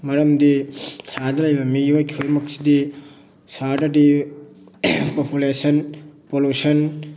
ꯃꯔꯝꯗꯤ ꯁꯍꯔꯗ ꯂꯩꯕ ꯃꯤꯑꯣꯏ ꯈꯨꯗꯤꯡꯃꯛꯁꯤꯗꯤ ꯁꯍꯔꯗꯗꯤ ꯄꯣꯄꯨꯂꯦꯁꯟ ꯄꯣꯂꯨꯁꯟ